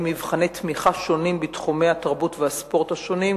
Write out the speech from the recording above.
מבחני תמיכה שונים בתחומי התרבות והספורט השונים,